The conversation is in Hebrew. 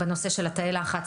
בנושא של תאי לחץ.